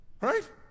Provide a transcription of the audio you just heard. right